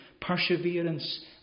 perseverance